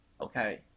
Okay